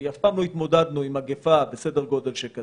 כי אף פעם לא התמודדנו עם מגפה בסדר-גודל כזה,